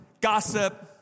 gossip